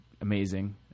amazing